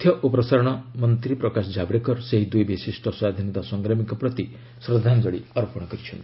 ତଥ୍ୟ ପ୍ରସାରଣମନ୍ତ୍ରୀ ପ୍ରକାଶ ଜାବଡେକର ସେହି ଦୁଇ ବିଶିଷ୍ଟ ସ୍ୱାଧୀନତା ସଂଗ୍ରାମୀଙ୍କ ପ୍ରତି ଶ୍ରଦ୍ଧାଞ୍ଜଳି ଅର୍ପଣ କରିଛନ୍ତି